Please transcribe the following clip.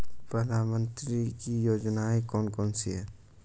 प्रधानमंत्री की योजनाएं कौन कौन सी हैं?